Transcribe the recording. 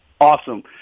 Awesome